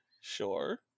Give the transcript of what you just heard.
Sure